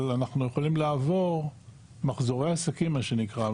אבל אנחנו יכולים לעבור מחזורי עסקים מה שנקרא,